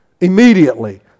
Immediately